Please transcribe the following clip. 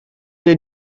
day